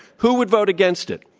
who would vote against it?